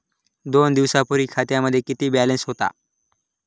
दोन दिवसांपूर्वी खात्यामध्ये किती बॅलन्स होता?